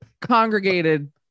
congregated